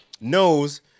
knows